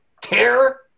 terror